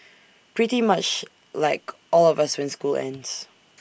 pretty much like all of us when school ends